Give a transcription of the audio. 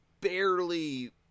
barely